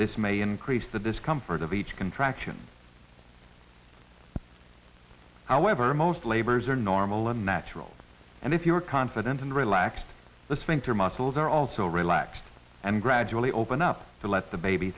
this may increase that this comfort of each contraction however most labors are normal and natural and if you are confident and relaxed let's think your muscles are also relaxed and gradually open up to let the baby